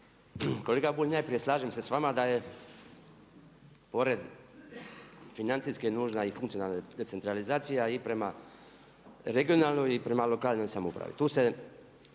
Kolega Bulj, najprije slažem se sa vama da je pored financijske nužna i funkcionalna decentralizacija i prema regionalnoj i prema lokalnoj samoupravi. Tu se